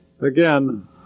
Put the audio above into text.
again